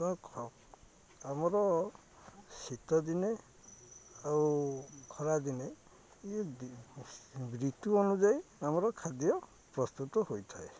ତ ଖ ଆମର ଶୀତଦିନେ ଆଉ ଖରାଦିନେ ଇଏ ଦି ଋତୁ ଅନୁଯାୟୀ ଆମର ଖାଦ୍ୟ ପ୍ରସ୍ତୁତ ହୋଇଥାଏ